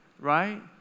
right